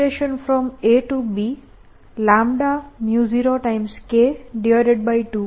2πs ds થશે